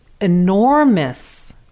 enormous